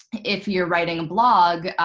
if you're writing a blog,